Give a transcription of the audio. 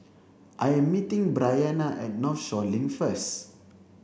I am meeting Bryana at Northshore Link first